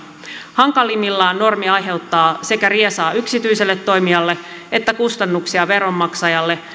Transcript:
hankalimmillaan normi aiheuttaa sekä riesaa yksityiselle toimijalle että kustannuksia veronmaksajalle